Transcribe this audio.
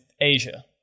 Asia